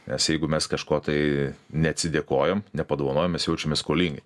nes jeigu mes kažko tai neatsidėkojom nepadovanojom mes jaučiamės skolingi